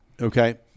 Okay